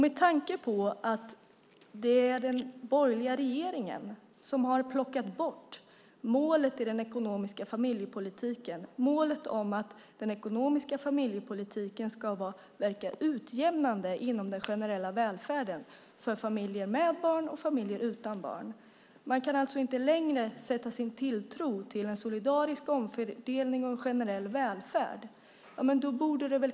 Med tanke på att den borgerliga regeringen plockat bort målet i den ekonomiska familjepolitiken - att den ekonomiska familjepolitiken inom den generella välfärden ska verka utjämnande för familjer med barn och familjer utan barn - kan man inte längre sätta sin tilltro till en solidarisk omfördelning av en generell välfärd.